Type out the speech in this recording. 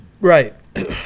right